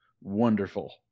wonderful